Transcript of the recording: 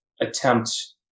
attempt